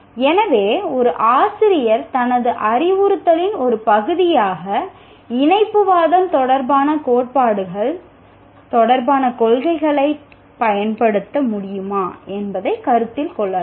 எனவே ஒரு ஆசிரியர் தனது அறிவுறுத்தலின் ஒரு பகுதியாக இணைப்புவாதம் தொடர்பான கோட்பாடுகள் தொடர்பான கொள்கைகளைப் பயன்படுத்த முடியுமா என்பதைக் கருத்தில் கொள்ளலாம்